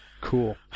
Cool